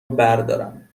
بردارم